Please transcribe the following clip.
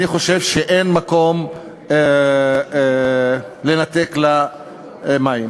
אני חושב שאין מקום לנתק לה מים.